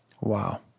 Wow